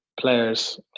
players